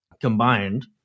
combined